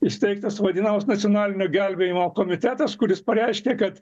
įsteigtas vadinamas nacionalinio gelbėjimo komitetas kuris pareiškė kad